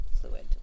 fluid